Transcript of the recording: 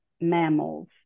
mammals